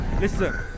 Listen